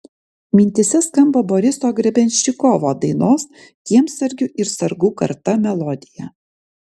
mintyse skamba boriso grebenščikovo dainos kiemsargių ir sargų karta melodija